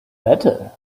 better